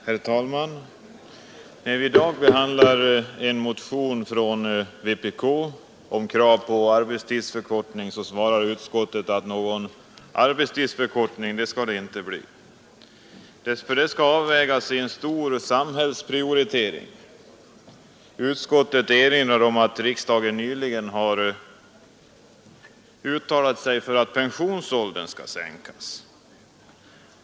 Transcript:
Herr talman! Vi skall i dag behandla en motion från vänsterpartiet kommunisterna med krav på arbetstidsförkortning. Utskottet har avstyrkt denna och sagt att frågan skall behandlas i samband med en stor arbetsmiljöutredning. Utskottet erinrar därvid om att riksdagen nyligen har uttalat sig för att pensionsåldern sänks.